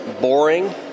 boring